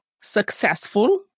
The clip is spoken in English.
successful